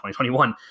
2021